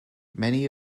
many